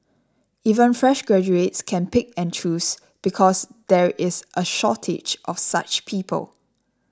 even fresh graduates can pick and choose because there is a shortage of such people